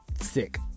sick